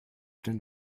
den